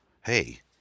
Hey